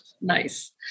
Nice